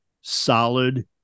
solid